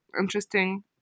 interesting